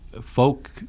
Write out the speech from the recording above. folk